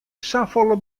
safolle